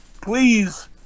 please